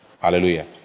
Hallelujah